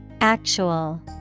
Actual